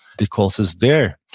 because it's there.